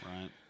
Right